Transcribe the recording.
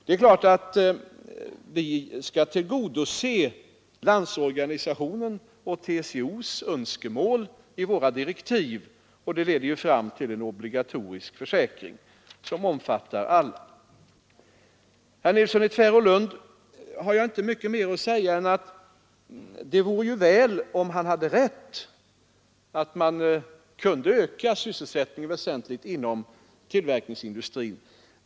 Det är klart att vi skall tillgodose Landsorganisationens och TCO:s önskemål i våra direktiv, och det leder ju fram till en obligatorisk försäkring som omfattar alla. Till herr Nilsson i Tvärålund har jag inte mycket mer att säga än att det vore ju väl om han hade rätt och man alltså kunde öka sysselsättningen väsentligt inom tillverkningsindustrin.